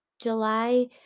July